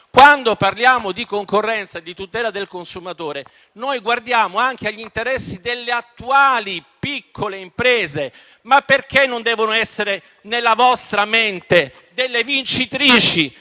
Quando parliamo di concorrenza e di tutela del consumatore, guardiamo anche agli interessi delle attuali piccole imprese: ma perché non devono essere nella vostra mente? Parliamo delle vincitrici